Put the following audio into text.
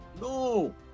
No